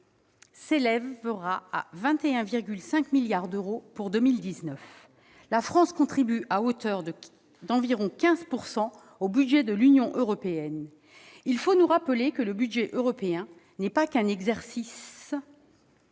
prochaine à 21,5 milliards d'euros. La France contribuera ainsi à hauteur d'environ 15 % au budget de l'Union européenne. Il faut nous rappeler que le budget européen n'est pas qu'un exercice